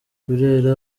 burera